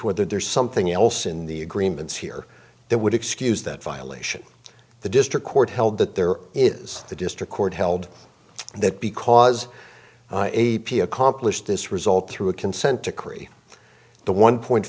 whether there's something else in the agreements here that would excuse that violation the district court held that there is the district court held that because a p accomplished this result through a consent decree the one point